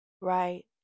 right